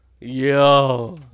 Yo